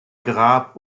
grab